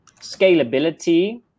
scalability